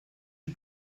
you